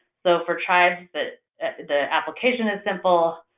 so, for tribes, the the application is simple.